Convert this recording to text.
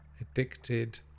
addicted